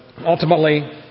ultimately